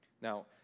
Now